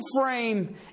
frame